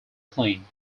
clean